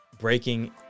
Breaking